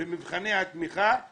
במבחני התמיכה זה